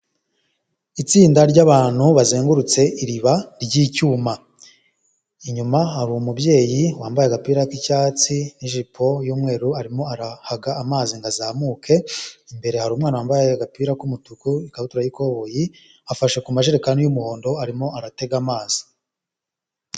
Itsinda ry'abantu bazengurutse iriba ry'icyuma, inyuma hari umubyeyi wambaye agapira k'icyatsi n'ijipo y'umweru, arimo arahaga amazi ngo azamuke imbere harumana ya wambaye agapira k'umutuku, ikabutura y'ikoboyi, afashe ku majerekani y'umuhondo arimo aratega amazi.